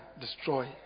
destroy